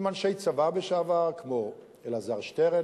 עם אנשי צבא לשעבר כמו אלעזר שטרן,